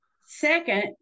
Second